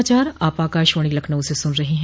यह समाचार आप आकाशवाणी लखनऊ से सुन रहे हैं